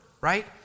right